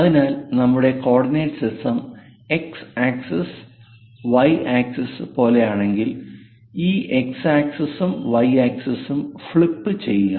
അതിനാൽ നമ്മുടെ coordinate system x axis ആ y ആക്സിസിന് പോലെയാണെങ്കിൽ ഈ x ആക്സിസും y ആക്സിസും ഫ്ലിപ്പുചെയ്യുക